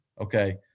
okay